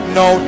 no